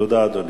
תודה, אדוני.